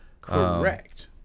Correct